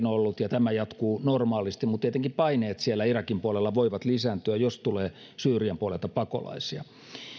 ollut ja tämä jatkuu normaalisti mutta tietenkin paineet siellä irakin puolella voivat lisääntyä jos tulee syyrian puolelta pakolaisia